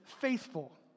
faithful